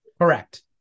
Correct